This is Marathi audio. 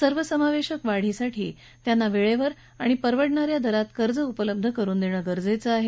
सर्वसमावेशक वाढीसाठी त्यांना वेळेवर आणि परवडणा या दरात कर्ज उपलब्ध करुन देणं गरजेचं आहे